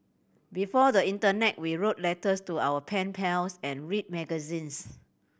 before the internet we wrote letters to our pen pals and read magazines